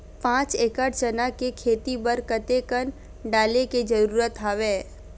पांच एकड़ चना के खेती बर कते कन डाले के जरूरत हवय?